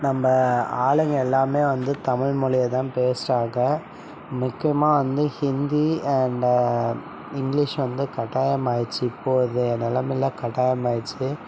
நம்ம ஆளுங்க எல்லாமே வந்து தமிழ்மொழியை தான் பேசுகிறாங்க முக்கியமாக வந்து ஹிந்தி அந்த இங்கிலிஷ் வந்து கட்டாயமாகிடுச்சு இப்போதைய நிலமையில கட்டாயமாகிடுச்சி